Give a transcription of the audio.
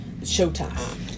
Showtime